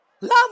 Love